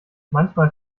manchmal